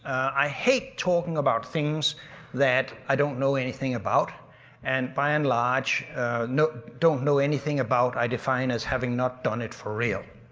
i hate talking about things that i don't know anything about and by and large don't know anything about i define as having not done it for real.